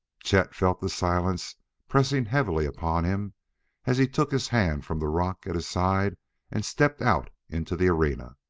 chet felt the silence pressing heavily upon him as he took his hand from the rock at his side and stepped out into the arena.